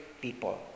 people